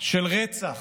של רצח,